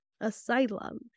asylum